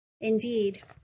Indeed